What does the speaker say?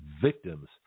victims